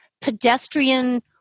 pedestrian